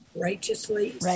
righteously